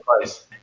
place